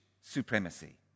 supremacy